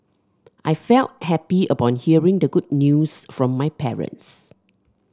I felt happy upon hearing the good news from my parents